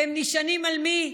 והם נשענים על מי?